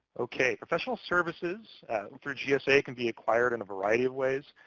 okay. professional services through gsa can be acquired in a variety of ways.